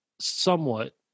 somewhat